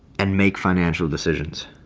and make financial decisions.